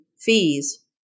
fees